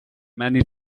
many